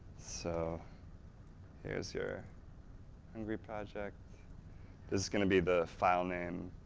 so here's your hungary project, this is going to be the file name